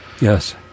yes